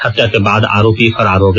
हत्या करने के बाद आरोपी फरार हो गया